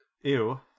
Ew